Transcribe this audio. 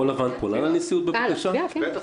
נמנע?